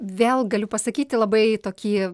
vėl galiu pasakyti labai tokį